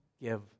give